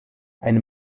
eine